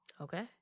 Okay